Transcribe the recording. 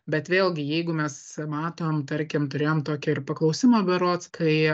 bet vėlgi jeigu mes matom tarkim turėjom tokį ir paklausimą berods kai